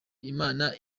imana